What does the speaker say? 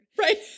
Right